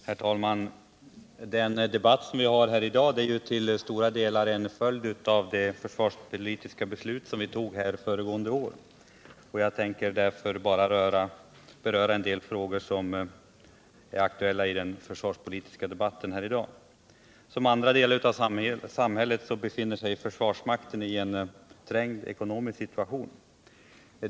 Herr talman! Dagens debatt är till stora delar en följd av det försvarspolitiska beslut som vi tog föregående år. Jag tänker därför bara beröra en del frågor som nu är aktuella i den försvarspolitiska debatten. Som andra delar av samhället befinner sig försvarsmakten :i en trängd ekonomisk situation.